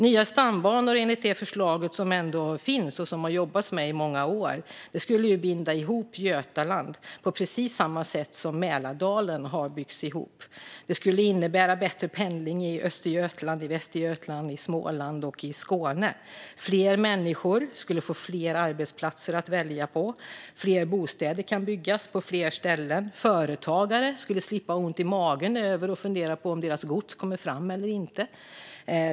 Nya stambanor enligt det förslag som finns, och som det har jobbats med i flera år, skulle binda ihop Götaland på precis samma sätt som Mälardalen har byggts ihop. Det skulle innebära bättre pendling i Östergötland, Västergötland, Småland och Skåne. Fler människor skulle få fler arbetsplatser att välja på, och fler bostäder skulle kunna byggas på fler ställen. Företagare skulle slippa få ont i magen av att fundera på om deras gods kommer fram eller inte.